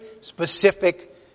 specific